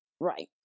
Right